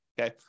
okay